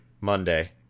Monday